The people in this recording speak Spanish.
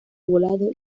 arbolado